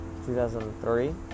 2003